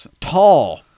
tall